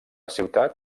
ciutat